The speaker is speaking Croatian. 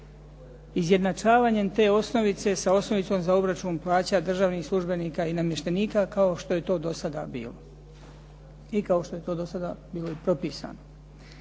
izjednačavanjem te osnovice sa osnovicom za obračun plaća državnih službenika i namještenika kao što je to do sada bilo i kao što je to do sada bilo i propisano.